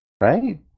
right